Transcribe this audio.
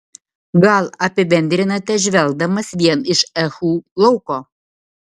gal apibendrinate žvelgdamas vien iš ehu lauko